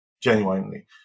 genuinely